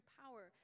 power